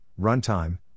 runtime